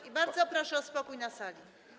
I bardzo proszę o spokój na sali.